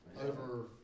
over